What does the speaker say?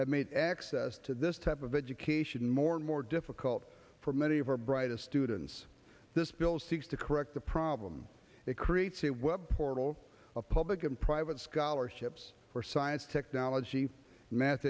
have made access to this type of education more and more difficult for many of our brightest students this bill seeks to correct the problem it creates a web portal a public and private scholarships for science technology ma